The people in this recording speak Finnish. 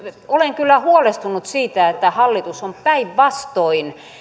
nyt olen kyllä huolestunut siitä että hallitus on päinvastoin